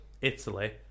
Italy